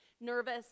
nervous